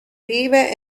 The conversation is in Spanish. vive